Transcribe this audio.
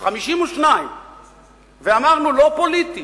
52. ואמרנו, לא פוליטי.